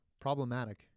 problematic